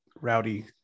rowdy